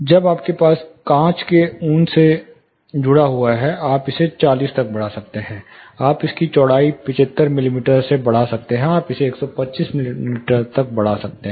अब आपके पास कांच के ऊन से जुड़ा हुआ है आप इसे चालीस तक बढ़ा सकते हैं आप इसकी चौड़ाई 75 मिमी से बढ़ा सकते हैं जिसे आप इसे 125 मिमी तक बढ़ा रहे हैं